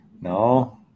No